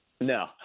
No